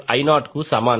5 I0 కు సమానం